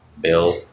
Bill